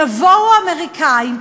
יבואו האמריקנים,